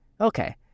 okay